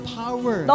power